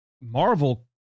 Marvel